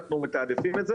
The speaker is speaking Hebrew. אנחנו מתעדפים את זה,